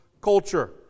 culture